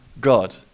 God